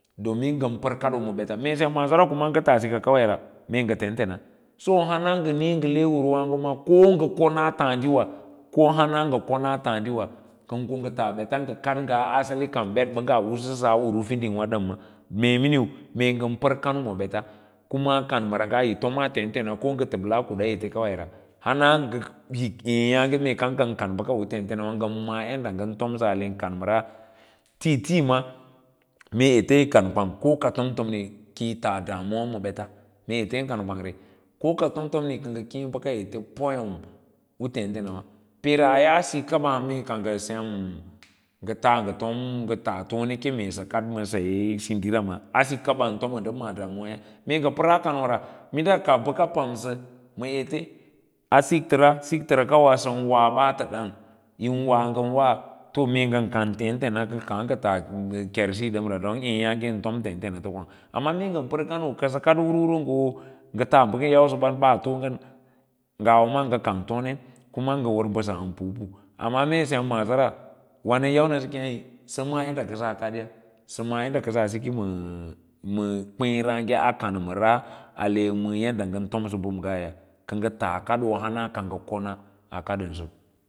Domin ngan par kadoo maa bets mee semm maasora kuma nga taa kawai ran ga tentens so ko hana nga nii nga le urwaago ko nga kona taadinawa o hana nga kona laadiwa ka nga aa bets nga kad ngaa asali ngan betbangga u sasa uru fiding we dam mee mmiu mee ngan par kano ma bets kuma kanmara nga yi tomas tentenaas ko nga table kuda ete kawai ra hans nga hul e yasge mee ka nga kak baka u tenteanss ngan ma’a yadda ngan tomsa ale kanmara tiitina mee ete yi kankwang koka fomtomri kai tas damuwa ma bets n kan kwangne ko tomtomni ka ng akee baka ete poam u tentena wa peenra a yaasinkawe mee kasem nga ls ga nga taa ke hera kad ma saye sindira ma sali bakaba an ton nda maa damuway mee nga napa kanora minda baka pamsa ma ete a siktara sakta kawa wo sanwa baata dam yi wa ngan wa to mee ngan kantentens nga kaa nga tas ker siya damra don eyaage tom tenta to kwang amma momee nga par kano kasa kad hurhur to ng aba ngan yausa ba a kama ngan basa pupu amma mee sem mansi ra wa an yau nasa kee r isa maala yadda kasai kadya sa ma’a yadda kasaa siki maa kwei racige a kammara are ma yadda ngan tomsa ya ka nga tas kadoona akadanso.